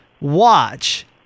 watch